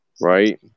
right